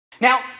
Now